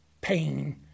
pain